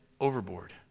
overboard